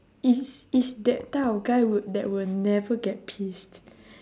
it's it's that type of guy w~ that will never get pissed